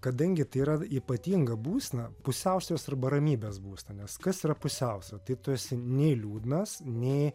kadangi tai yra ypatinga būsena pusiausvyros arba ramybės būsena nes kas yra pusiausvyra tai tu esi nei liūdnas nei